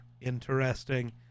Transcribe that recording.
interesting